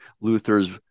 luther's